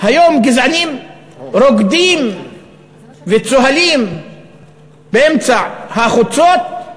היום גזענים רוקדים וצוהלים באמצע החוצות,